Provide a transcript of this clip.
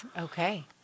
Okay